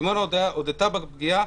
סימונה הודתה בפגיעה.